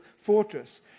fortress